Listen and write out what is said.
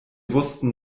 wussten